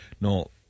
no